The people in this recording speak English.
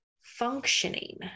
functioning